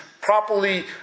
properly